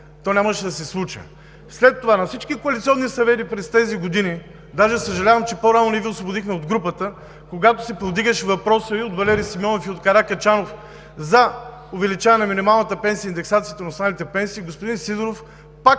това нямаше да се случи. След това, на всички коалиционни съвети през тези години, даже съжалявам, че по-рано не Ви освободихме от групата, когато се повдигаше въпросът или от Валери Симеонов, или от Каракачанов за увеличаване на минималната пенсия и индексацията на останалите пенсии, господин Сидеров пак